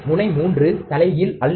முனை 3 தலைகீழ் அல்ல